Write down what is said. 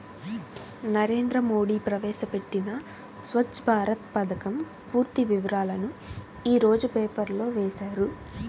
నరేంద్ర మోడీ ప్రవేశపెట్టిన స్వఛ్చ భారత్ పథకం పూర్తి వివరాలను యీ రోజు పేపర్లో వేశారు